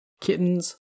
kittens